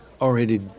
already